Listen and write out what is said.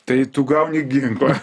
tai tu gauni ginklą